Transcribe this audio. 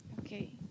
Okay